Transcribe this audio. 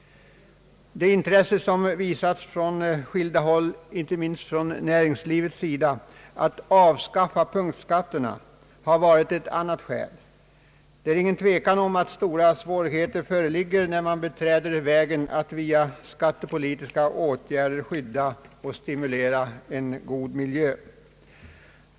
Intresset från skilda håll, inte minst från näringslivets sida, för att avskaffa punktskatterna har varit ett annat skäl. Det är alltså ingen tvekan om att stora svårigheter föreligger, när man beträder vägen att via skattepolitiska åtgärder skydda och stimulera en god miljö.